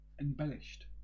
embellished